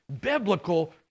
biblical